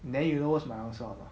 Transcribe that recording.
then you know what's my answer or not